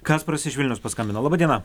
kasparas iš vilniaus paskambino laba diena